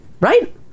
Right